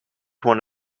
one